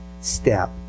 step